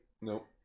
Nope